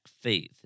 faith